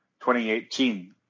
2018